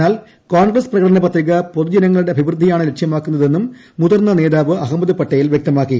എന്നാൽ കോൺഗ്രസ് പ്രകടന പത്രിക പൊതു ജനങ്ങളുടെ അഭിവൃദ്ധിയാണ് ലക്ഷ്യമാക്കുന്നതെന്നും മുതിർന്ന നേതാവ് അഹമ്മദ് പട്ടേൽ വ്യക്തമാക്കി